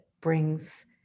brings